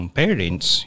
parents